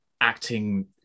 acting